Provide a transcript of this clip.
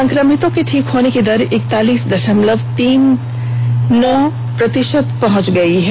संक्रमितों के ठीक होने की दर इकलातीस दशमलव उनचालीस प्रतिशत पहंच गयी है